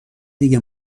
دیگه